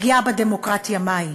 פגיעה בדמוקרטיה מהי?